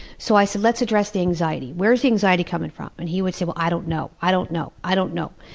so i said, let's address the anxiety. where is the anxiety coming from? and he would say, well, i don't know, i don't know, i don't know.